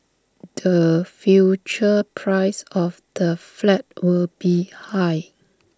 the future price of the flat will be high